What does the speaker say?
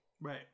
right